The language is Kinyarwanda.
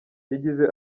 yagize